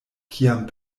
kiam